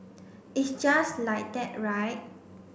it's just like that right